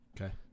Okay